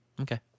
Okay